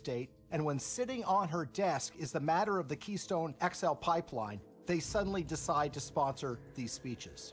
state and when sitting on her desk is the matter of the keystone x l pipeline they suddenly decide to sponsor these speeches